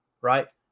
right